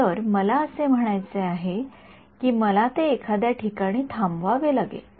तर मला असे म्हणायचे आहे की मला ते एखाद्या ठिकाणी थांबवावे लागेल